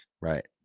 Right